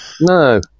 No